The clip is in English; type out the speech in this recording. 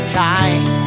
time